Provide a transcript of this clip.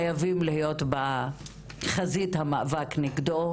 אנחנו חייבים להיות בחזית המאבק נגדו.